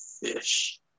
fish